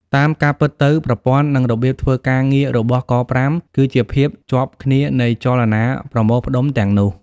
តាម ការពិតទៅប្រព័ន្ឋ និងរបៀបធ្វើការងាររបស់”ក៥”គឺជាភាពជាប់គ្នានៃចលនាប្រមូលផ្តុំទាំងនោះ។